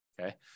Okay